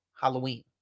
Halloween